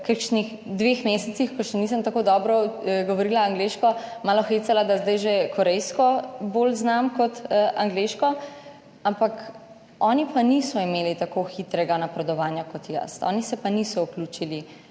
kakšnih dveh mesecih, ko še nisem tako dobro govorila angleško, malo hecala, da zdaj že korejsko bolj znam kot angleško, ampak oni pa niso tako hitro napredovali kot jaz, oni se pa niso vključili